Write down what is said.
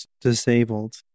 disabled